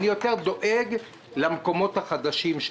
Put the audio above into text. אני יותר דואג למקומות החדשים.